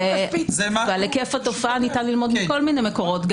על היקף התופעה ניתן ללמוד מכל מיני מקורות.